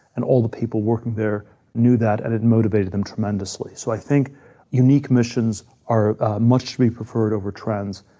and all of the people working there knew that, and it motivated them tremendously. so i think unique missions are much to be preferred over trends.